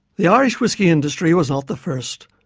the irish whiskey industry was not the first,